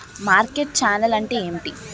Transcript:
Market channel అంటే ఏంటి?